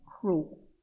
cruel